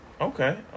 Okay